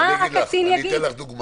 מה הקצין יגיד?